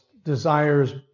desires